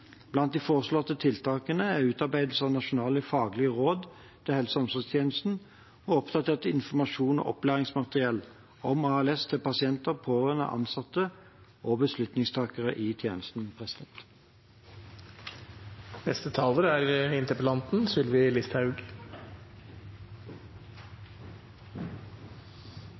Blant de foreslåtte tiltakene er utarbeidelse av nasjonale faglige råd til helse- og omsorgstjenesten og oppdatert informasjon og opplæringsmateriell om ALS til pasienter og pårørende, ansatte og beslutningstakere i tjenesten.